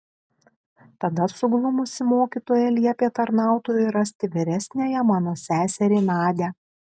tada suglumusi mokytoja liepė tarnautojui rasti vyresniąją mano seserį nadią